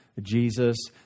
Jesus